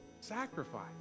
sacrifice